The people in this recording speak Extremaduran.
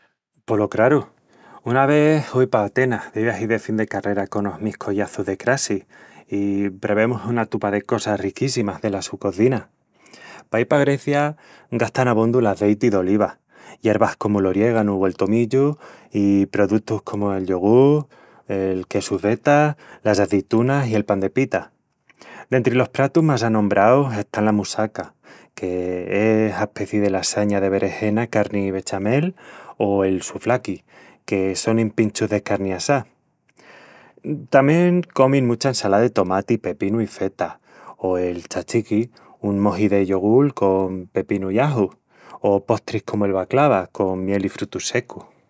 Polo craru, una ves hui pa Atenas de viagi de fin de carrera conos mis collaçus de crassi i prevemus una tupa de cosas riquíssimas dela su cozina! Paí pa Grecia gastan abondu l'azeiti d'oliva, yervas comu l'oriegánu o el tomillu, i produtus comu el yogul, el quesu feta, las azitunas i el pan de pita. Dentri los pratus más anombraus están la moussaka, que es aspecii de lasaña de beregena, carni i bechamel; o el souvlaki, que sonin pinchus de carni assá.. Tamién comin mucha ensalá de tomati, pepinu i feta, o el tzatziki, un moji de yogul con pepinu i aju; o postris comu el baklava, con miel i frutus secus..